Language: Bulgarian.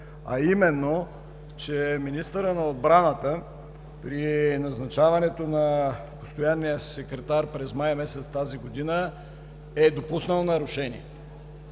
а именно, че министърът на отбраната при назначаването на постоянния секретар през май месец тази година е допуснал нарушение.